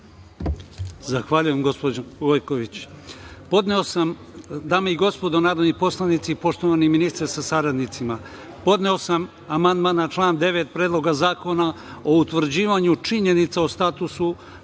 Zahvaljujem gospođo Gojković. Dame i gospodo narodni poslanici, poštovani ministre sa saradnicima, podneo sam amandman na član 9. Predloga zakona o utvrđivanju činjenica o statusu